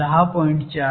4 10